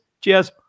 Cheers